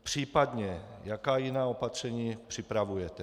Případně jaká jiná opatření připravujete?